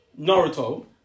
Naruto